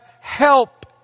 help